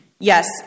Yes